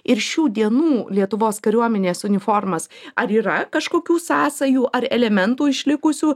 ir šių dienų lietuvos kariuomenės uniformas ar yra kažkokių sąsajų ar elementų išlikusių